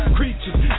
Creatures